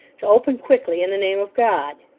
to open quickly in the name of god.